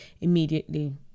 immediately